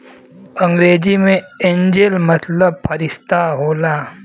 अंग्रेजी मे एंजेल मतलब फ़रिश्ता होला